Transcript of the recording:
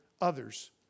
others